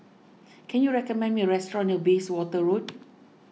can you recommend me a restaurant near Bayswater Road